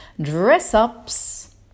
Dress-ups